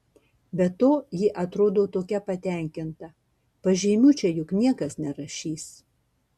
be to ji atrodo tokia patenkinta pažymių čia juk niekas nerašys